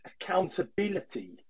accountability